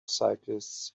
cyclists